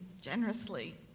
generously